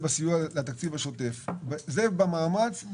בטור